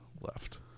left